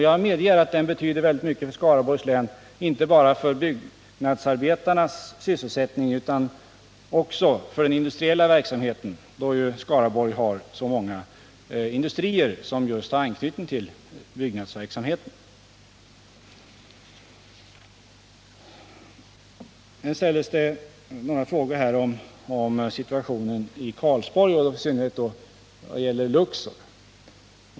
Jag medger att det betyder mycket för Skaraborgs län, inte bara när det gäller byggnadsarbetarnas sysselsättning utan också därför att den industriella verksamheten i länet i så många fall har anknytning till byggnadsverksamheten. Sedan ställdes några frågor om situationen i Karlsborg, i synnerhet när det gäller Luxor.